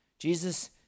Jesus